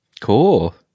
Cool